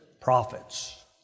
prophets